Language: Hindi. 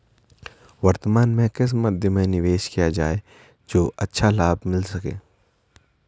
वर्तमान में किस मध्य में निवेश किया जाए जो अच्छा लाभ मिल सके?